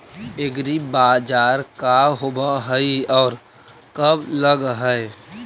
एग्रीबाजार का होब हइ और कब लग है?